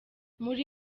muri